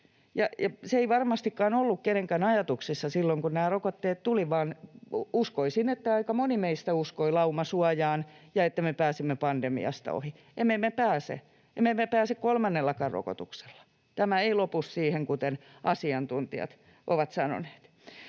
se ei varmastikaan ollut kenenkään ajatuksissa silloin, kun nämä rokotteet tulivat, vaan uskoisin, että aika moni meistä uskoi laumasuojaan ja siihen, että me pääsemme pandemiasta ohi. Emme me pääse, emme me pääse kolmannellakaan rokotuksella. Tämä ei lopu siihen, kuten asiantuntijat ovat sanoneet.